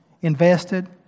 invested